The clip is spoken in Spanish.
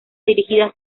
dirigidas